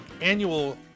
annual